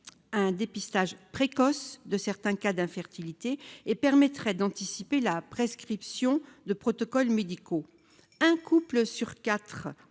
un dépistage précoce de certains cas d'infertilité et permettrait d'anticiper la prescription de protocoles médicaux : un couple sur 4